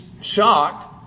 shocked